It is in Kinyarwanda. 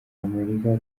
amerika